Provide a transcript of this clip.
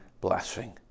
blessing